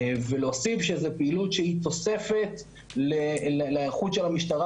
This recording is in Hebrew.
וגם להוסיף שזאת פעילות שהיא תוספת להיערכות של המשטרה